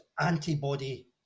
antibody